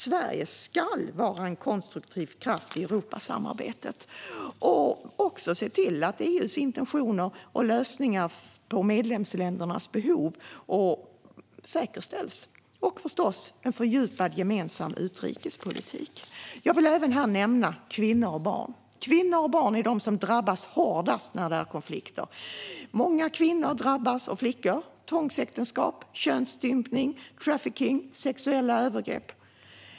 Sverige ska vara en konstruktiv kraft i Europasamarbetet och också se till att EU:s intentioner och lösningar på medlemsländernas behov säkerställs, liksom en fördjupad gemensam utrikespolitik. Jag vill även nämna kvinnor och barn. Kvinnor och barn är de som drabbas hårdast vid konflikter. Många kvinnor och flickor drabbas av tvångsäktenskap, könsstympning, trafficking och sexuella övergrepp.